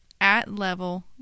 at-level